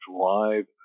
drive